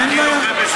אין בעיה.